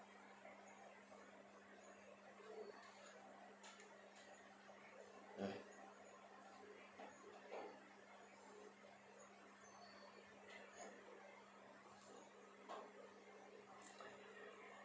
mm